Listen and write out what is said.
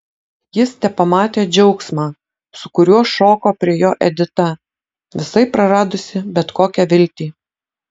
jis tepamatė džiaugsmą su kuriuo šoko prie jo edita visai praradusi bet kokią viltį